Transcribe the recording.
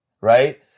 Right